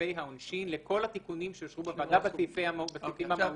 סעיפי העונשין לכל התיקונים שאושרו בוועדה בסעיפים המהותיים.